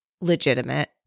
legitimate